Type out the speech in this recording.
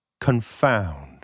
confound